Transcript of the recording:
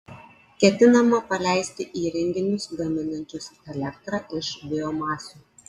ketinama paleisti įrenginius gaminančius elektrą iš biomasių